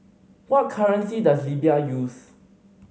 what currency does Libya use